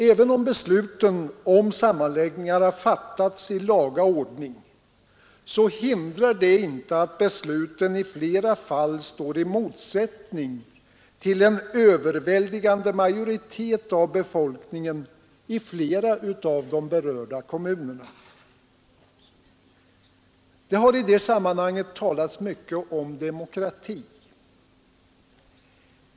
Även om besluten om sammanläggningar har fattats i laga ordning, hindrar det inte att besluten i flera fall står i motsättning till en överväldigande majoritet av befolkningen i de berörda kommunerna. Det har i det sammanhanget talats mycket om demokrati.